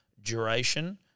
duration